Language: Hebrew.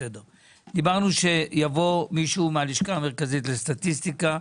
דיברנו שיבוא מישהו מהלשכה המרכזית לסטטיסטיקה,